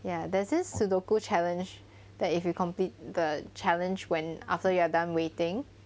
ya there's this sudoku challenge that if you complete the challenge when after you are done waiting